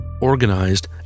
organized